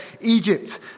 Egypt